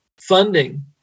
funding